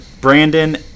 Brandon